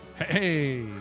Hey